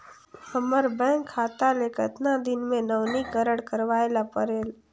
हमर बैंक खाता ले कतना दिन मे नवीनीकरण करवाय ला परेल?